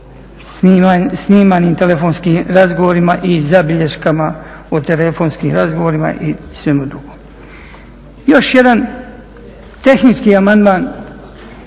snimanim telefonskim razgovorima i zabilješkama o telefonskim razgovorima i svemu drugom. Još jedan tehnički amandman,